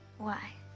why?